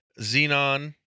Xenon